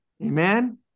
Amen